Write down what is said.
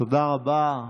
תודה רבה.